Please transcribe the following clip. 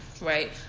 right